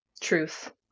truth